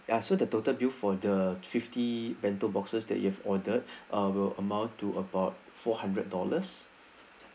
ya so the total bill for the fifty bento boxes that you've ordered uh will amount to about four hundred dollars